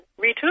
retune